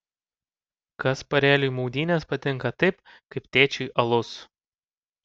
kasparėliui maudynės patinka taip kaip tėčiui alus